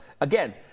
Again